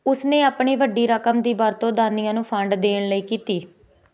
ਉਸ ਨੇ ਆਪਣੀ ਵੱਡੀ ਰਕਮ ਦੀ ਵਰਤੋਂ ਦਾਨੀਆਂ ਨੂੰ ਫੰਡ ਦੇਣ ਲਈ ਕੀਤੀ